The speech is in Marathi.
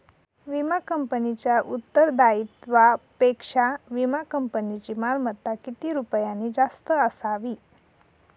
विमा कंपनीच्या उत्तरदायित्वापेक्षा विमा कंपनीची मालमत्ता किती रुपयांनी जास्त असावी?